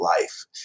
life